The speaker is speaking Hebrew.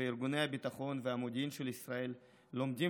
וארגוני הביטחון והמודיעין של ישראל לומדים